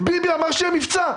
ביבי אמר שיהיה מבצע.